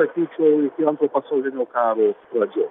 sakyčiau iki antro pasaulinio karo pradžios